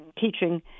teaching